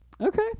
Okay